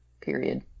period